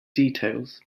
details